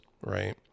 right